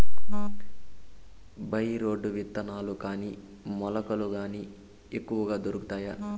By రోడ్లు విత్తనాలు గాని మొలకలు గాని ఎక్కడ దొరుకుతాయి?